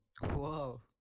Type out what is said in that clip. Whoa